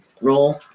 roll